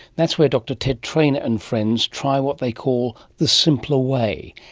that's where dr ted trainer and friends try what they call the simpler way,